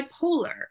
bipolar